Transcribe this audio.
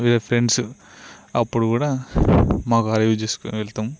వేరే ఫ్రెండ్స్ అప్పుడు కూడా మా కార్ యూస్ చేసుకొని వెళ్తాం